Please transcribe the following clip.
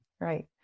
Right